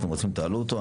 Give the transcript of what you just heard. אתם רוצים תעלו אותו.